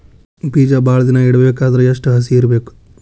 ಬೇಜ ಭಾಳ ದಿನ ಇಡಬೇಕಾದರ ಎಷ್ಟು ಹಸಿ ಇರಬೇಕು?